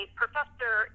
professor